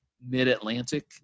mid-Atlantic